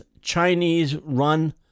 Chinese-run